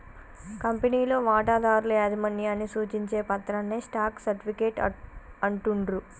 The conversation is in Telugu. కంపెనీలో వాటాదారుల యాజమాన్యాన్ని సూచించే పత్రాన్నే స్టాక్ సర్టిఫికేట్ అంటుండ్రు